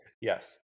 Yes